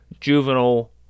juvenile